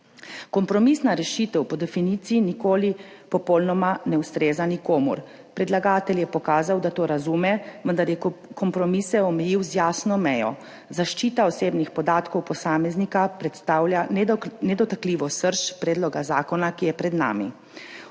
Kompromisna rešitev po definiciji nikoli popolnoma ne ustreza nikomur. Predlagatelj je pokazal, da to razume, vendar je kompromise omejil z jasno mejo. Zaščita osebnih podatkov posameznika predstavlja nedotakljivo srž predloga zakona, ki je pred nami.